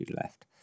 left